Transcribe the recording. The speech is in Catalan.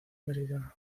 meridional